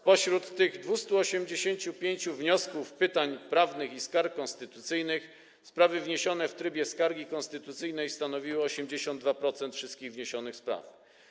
Spośród tych 285 wniosków, pytań prawnych i skarg konstytucyjnych sprawy wniesione w trybie skargi konstytucyjnej stanowiły 82% wszystkich wniesionych spraw.